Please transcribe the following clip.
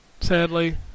Sadly